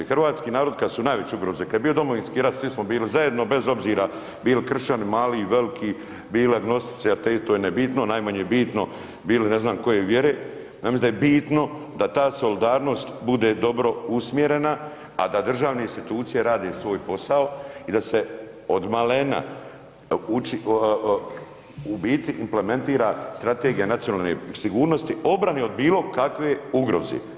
Hrvatski narod, kad su najveće ugroze, kad je bio Domovinski rat, svi smo bili zajedno, bez obzira bili kršćani, mali, veliki, bili agnostici, atei .../nerazumljivo/... to je nebitno, najmanje bitno bilo je ne znam koje vjere, ja mislim da je bitno da ta solidarnost bude dobro usmjerena, a da državne institucije rade svoj posao i da se odmalena uči, u biti implementira Strategija nacionalne sigurnosti, obrane od bilo kakve ugroze.